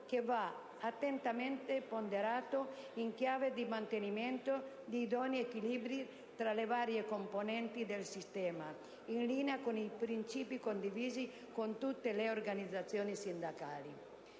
che va attentamente ponderato in chiave di mantenimento di idonei equilibri tra le varie componenti del sistema, secondo i principi condivisi da tutte le organizzazioni sindacali.